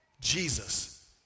Jesus